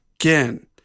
again